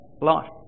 life